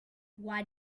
why